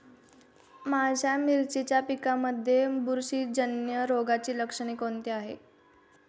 माझ्या मिरचीच्या पिकांमध्ये बुरशीजन्य रोगाची लक्षणे कोणती आहेत?